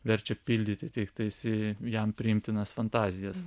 verčia pildyti tiktais jam priimtinas fantazijas